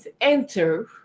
enter